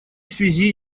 связи